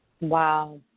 Wow